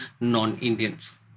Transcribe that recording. non-Indians